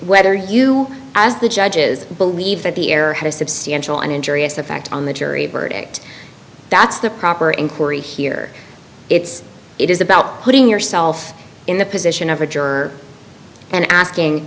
whether you as the judges believe that the error had a substantial and injurious effect on the jury verdict that's the proper inquiry here it's it is about putting yourself in the position of a juror and asking